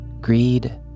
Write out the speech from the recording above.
greed